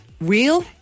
real